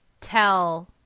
tell